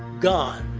gone!